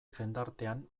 jendartean